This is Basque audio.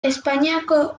espainiako